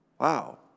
Wow